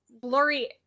blurry